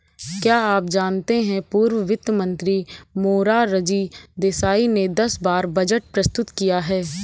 क्या आप जानते है पूर्व वित्त मंत्री मोरारजी देसाई ने दस बार बजट प्रस्तुत किया है?